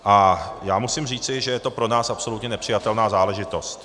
A já musím říci, že je to pro nás absolutně nepřijatelná záležitost.